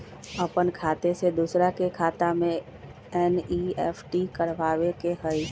अपन खाते से दूसरा के खाता में एन.ई.एफ.टी करवावे के हई?